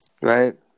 right